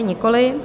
Nikoli.